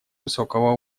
высокого